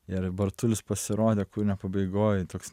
ir bartulis pasirodė kūrinio pabaigoj toks